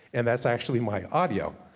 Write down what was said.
and that's actually my audio.